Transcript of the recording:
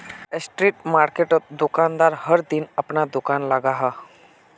street मार्किटोत दुकानदार हर दिन अपना दूकान लगाहा